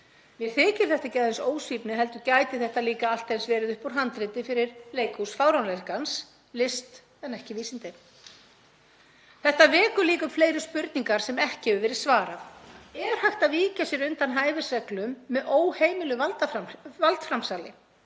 Mér þykir þetta ekki aðeins ósvífni heldur gæti þetta líka allt eins verið upp úr handriti fyrir leikhús fáránleikans, list en ekki vísindi. Þetta vekur líka fleiri spurningar sem ekki hefur verið svarað. Er hægt að víkja sér undan hæfisreglum með óheimilu valdframsali?